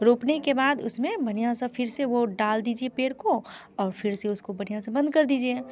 रोपने के बाद उसमें बढ़िया सा फिर से वो डाल दीजिए पेड़ को और फिर से उसको बढ़िया से बंद कर दीजिए